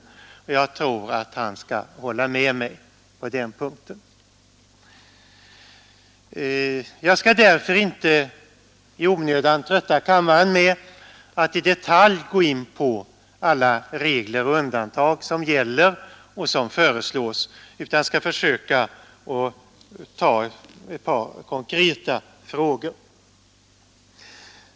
Jag tror att den som gör det skall hålla med mig. Jag skall därför inte i onödan trötta kammaren med att i detalj gå in på alla regler och s, utan jag skall försöka ta upp ett undantag som gäller och som föres par konkreta frågor.